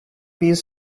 piece